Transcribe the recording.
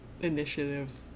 initiatives